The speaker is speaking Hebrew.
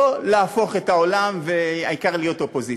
לא להפוך את העולם והעיקר להיות אופוזיציה.